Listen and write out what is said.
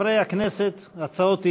חברי הכנסת, הצעות אי-אמון,